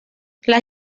las